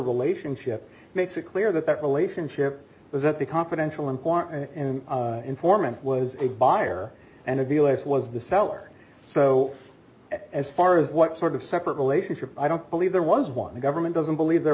relationship makes it clear that that relationship was that the confidential important informant was a buyer and of us was the seller so as far as what sort of separate relationship i don't believe there was one the government doesn't believe there